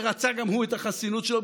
שרצה גם הוא את החסינות שלו.